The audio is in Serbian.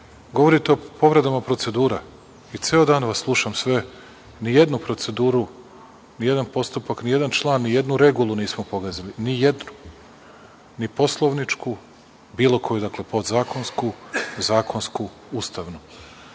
sve. Govorite o povredama procedura i ceo dan vas slušam sve. Nijednu proceduru, nijedan postupak, ni jedan član, ni jednu regulu nismo pogazili, ni jednu, ni poslovničku, bilo koju, dakle, podzakonsku, zakonsku, ustavnu.